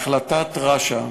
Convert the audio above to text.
החלטת רש"א,